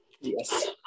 Yes